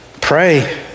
pray